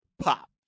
pop